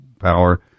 power